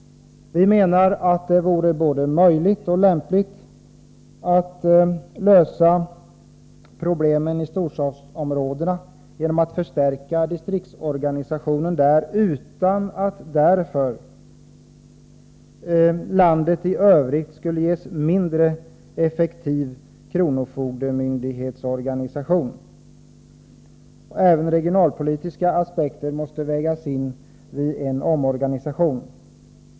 Vi menar att det vore både möjligt och lämpligt att lösa problemen i storstadsområdena genom att förstärka distriktsorganisationen där. Kronofogdemyndighetsorganisationen i övriga delar av landet behöver för den skullinte bli mindre effektiv. Även regionalpolitiska aspekter måste vägas in vid en omorganisation.